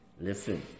Listen